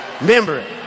remember